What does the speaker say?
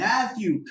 Matthew